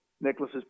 Nicholas